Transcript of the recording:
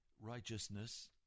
Righteousness